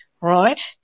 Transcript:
right